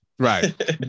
Right